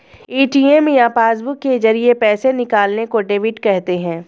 ATM या passbook के जरिये पैसे निकालने को डेबिट कहते हैं